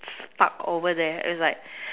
stuck over there it was like